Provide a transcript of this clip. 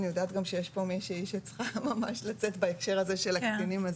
אני יודעת גם שיש פה מישהי שצריכה ממש לצאת בהקשר הזה של הקטינים,